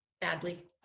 badly